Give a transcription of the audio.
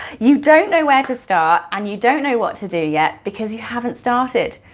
you don't know where to start and you don't know what to do yet because you haven't started.